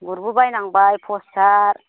गुरबो Baynambay प्रसाद